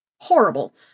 horrible